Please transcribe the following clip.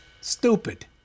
stupid